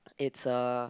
it's uh